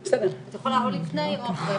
יכולה או לפני או אחרי.